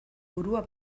burua